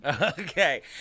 Okay